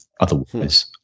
Otherwise